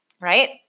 right